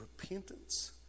repentance